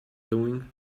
doing